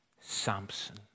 Samson